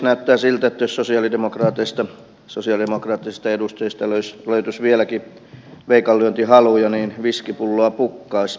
näyttää siltä että jos sosialidemokraateista sosialidemokraattisista edustajista löytyisi vieläkin veikanlyöntihaluja niin viskipulloa pukkaisi